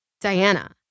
diana